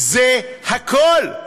זה הכול,